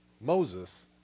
Moses